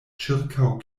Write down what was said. ĉirkaŭ